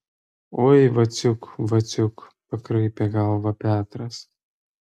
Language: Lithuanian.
oi vaciuk vaciuk pakraipė galvą petras